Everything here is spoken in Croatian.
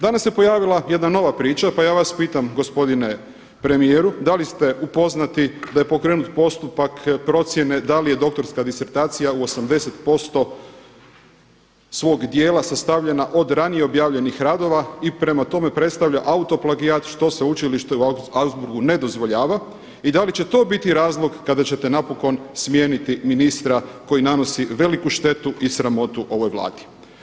Danas se pojavila jedna nova priča, pa ja vas pitam gospodine premijeru da li ste upoznati da je pokrenut postupak procjene da li je doktorska disertacija u 80% svog dijela sastavljena od ranije objavljenih radova i prema tome predstavlja auto plagijat što Sveučilište u Augsburgu ne dozvoljava i da li će to biti razlog kada ćete napokon smijeniti ministra koji nanosi veliku štetu i sramotu ovoj Vladi.